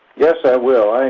yes, i will.